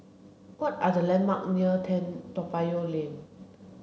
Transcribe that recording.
what are the landmark near Toa Payoh Lane